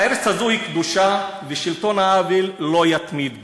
הארץ הזאת קדושה, ושלטון העוול לא יתמיד בה.